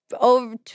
over